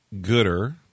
gooder